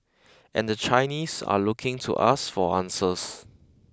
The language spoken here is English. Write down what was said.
and the Chinese are looking to us for answers